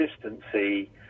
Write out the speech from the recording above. consistency